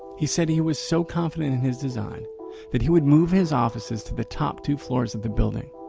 he said he was so confident in his design that he would move his offices to the top two floors of the building.